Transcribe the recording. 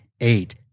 eight